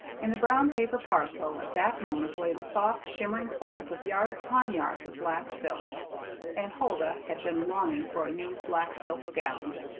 in the brown paper parcel at that moment lay the soft, shimmering folds of yards upon yards of black silk and huldah had been longing for a new black silk gown.